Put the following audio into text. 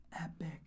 Epic